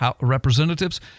representatives